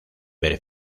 ver